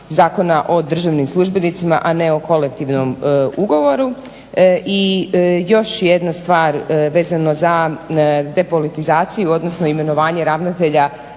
Zakona o državnim službenicima, a ne o kolektivnom ugovoru. I još jedna stvar vezano za depolitizaciju, odnosno imenovanje ravnatelja